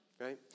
right